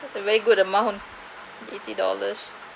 that's a very good amount eighty dollars